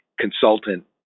consultant